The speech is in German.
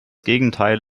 gegenteil